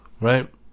Right